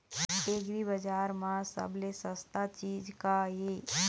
एग्रीबजार म सबले सस्ता चीज का ये?